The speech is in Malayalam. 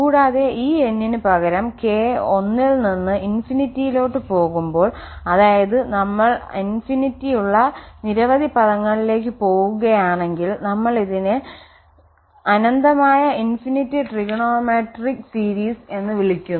കൂടാതെ ഈ n ന് പകരം k 1 ൽ നിന്ന് ഇൻഫിനിറ്റിയിലോട്ട് പോകുമ്പോൾ അതായത് നമ്മൾ അനന്തമായ നിരവധി പദങ്ങളിലേയ്ക്ക് പോവുകയാണെങ്കിൽ നമ്മൾ ഇതിനെ അനന്തമായ ഇൻഫിനിറ്റ് ട്രിഗണോമെട്രിക് സീരീസ് എന്ന് വിളിക്കുന്നു